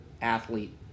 athlete